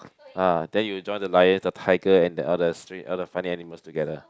ah then you join the lion the tiger and the others other funny animals together